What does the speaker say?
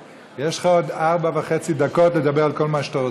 יש לך עוד ארבע דקות וחצי לדבר על כל מה שאתה רוצה.